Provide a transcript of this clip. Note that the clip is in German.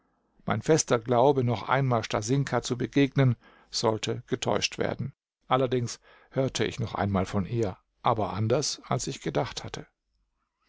mein fester glaube noch einmal stasinka zu begegnen sollte getäuscht werden allerdings hörte ich noch einmal von ihr aber anders als ich gedacht hatte